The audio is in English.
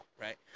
right